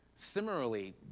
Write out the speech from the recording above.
Similarly